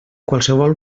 qualsevol